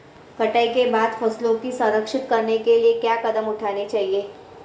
कटाई के बाद फसलों को संरक्षित करने के लिए क्या कदम उठाने चाहिए?